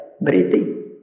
breathing